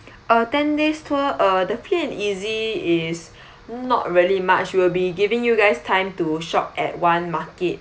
uh ten days tour uh the free and easy is not really much we'll be giving you guys time to shop at one market